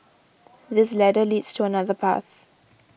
this ladder leads to another path